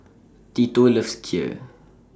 Tito loves Kheer